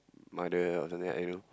mother or something that you know